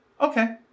okay